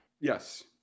Yes